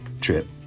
trip